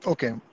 Okay